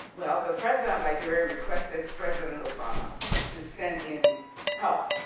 well, the president of liberia requested president obama to send in help,